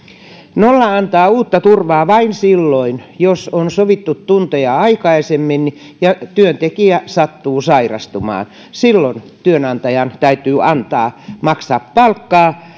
nolla antaa uutta turvaa vain silloin jos on sovittu tunteja aikaisemmin ja työntekijä sattuu sairastumaan silloin työnantajan täytyy maksaa palkkaa